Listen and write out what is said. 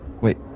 Wait